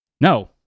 no